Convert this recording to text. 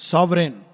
Sovereign